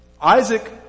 Isaac